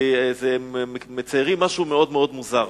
כי הם מציירים משהו מאוד מאוד מוזר.